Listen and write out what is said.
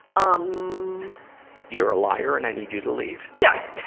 um you're a liar and i need you to leave. yes!